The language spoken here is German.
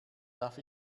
darf